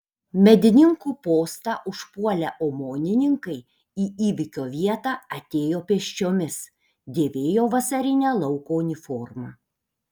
medininkų postą užpuolę omonininkai į įvykio vietą atėjo pėsčiomis dėvėjo vasarinę lauko uniformą